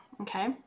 okay